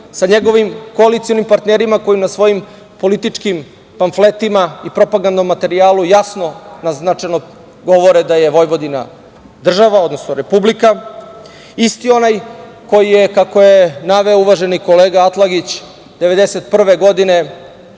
sa njegovim koalicionim partnerima koji na svojim političkim pamfletima i propagandnom materijalu jasno naznačeno govore da je Vojvodina država, odnosno republika. Isti onaj koji je, kako je naveo uvaženi kolega Atlagić, 1991. godine